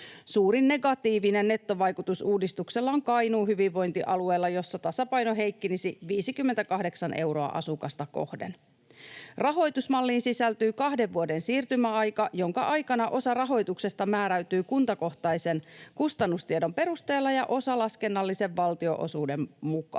Suurin negatiivinen nettovaikutus uudistuksella on Kainuun hyvinvointialueella, jossa tasapaino heikkenisi 58 euroa asukasta kohden. Rahoitusmalliin sisältyy kahden vuoden siirtymäaika, jonka aikana osa rahoituksesta määräytyy kuntakohtaisen kustannustiedon perusteella ja osa laskennallisen valtionosuuden mukaan.